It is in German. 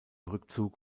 rückzug